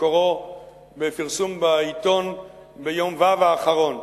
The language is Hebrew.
מקורו בפרסום בעיתון ביום ו' האחרון.